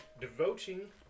devoting